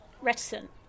reticent